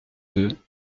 deux